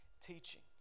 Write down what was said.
teaching